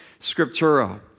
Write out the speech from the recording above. Scriptura